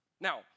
Now